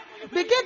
Begin